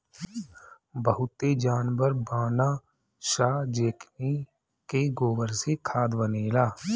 बहुते जानवर बानअ सअ जेकनी के गोबर से खाद बनेला